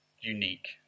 unique